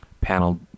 panel